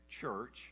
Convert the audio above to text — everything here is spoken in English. church